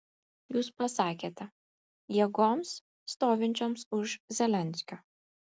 jūs pasakėte jėgoms stovinčioms už zelenskio